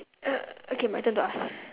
uh okay my turn to ask